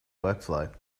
workflow